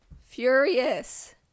furious